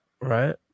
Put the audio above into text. Right